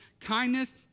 kindness